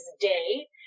day